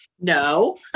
No